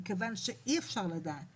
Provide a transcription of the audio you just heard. מכיוון שאי אפשר לדעת